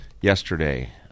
yesterday